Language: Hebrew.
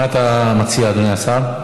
מה אתה מציע, אדוני השר?